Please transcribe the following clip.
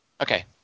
Okay